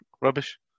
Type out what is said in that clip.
rubbish